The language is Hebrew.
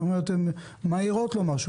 הן מאירות לו משהו.